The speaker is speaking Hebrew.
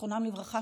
זיכרונם לברכה,